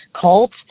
cult